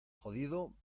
jodido